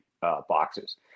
boxes